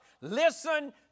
Listen